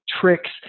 tricks